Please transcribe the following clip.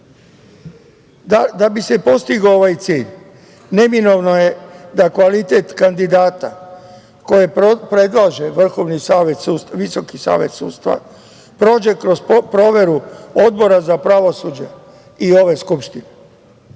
Da bi se postigao ovaj cilj, neminovno je da kvalitet kandidata koje predlaže Visoki savet sudstva prođe kroz proveru Odbora za pravosuđe i ove Skupštine.